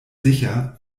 sicher